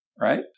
Right